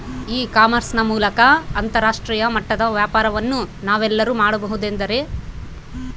E commerce ನ ಮೂಲಕ ಅಂತರಾಷ್ಟ್ರೇಯ ಮಟ್ಟದ ವ್ಯಾಪಾರವನ್ನು ನಾವೆಲ್ಲರೂ ಮಾಡುವುದೆಂದರೆ?